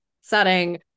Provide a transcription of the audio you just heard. setting